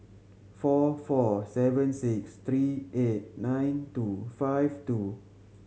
four four seven six three eight nine two five two